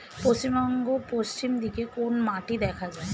পশ্চিমবঙ্গ পশ্চিম দিকে কোন মাটি দেখা যায়?